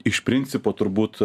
iš principo turbūt